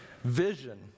Vision